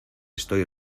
estoy